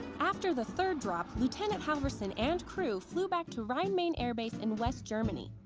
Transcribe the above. after the third drop, lieutenant halvorsen and crew flew back to rhein-main air base in west germany.